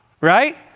right